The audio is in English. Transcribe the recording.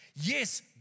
Yes